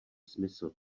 smysl